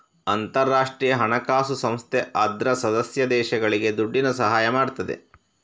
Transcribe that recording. ಅಂತಾರಾಷ್ಟ್ರೀಯ ಹಣಕಾಸು ಸಂಸ್ಥೆ ಅದ್ರ ಸದಸ್ಯ ದೇಶಗಳಿಗೆ ದುಡ್ಡಿನ ಸಹಾಯ ಮಾಡ್ತದೆ